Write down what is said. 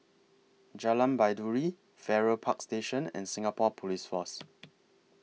Jalan Baiduri Farrer Park Station and Singapore Police Force